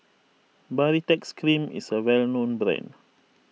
Baritex Cream is a well known brand